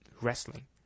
wrestling